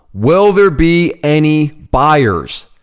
will there be any buyers?